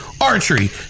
archery